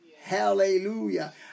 Hallelujah